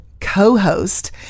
co-host